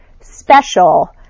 special